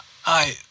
Hi